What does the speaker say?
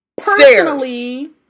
personally